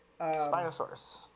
Spinosaurus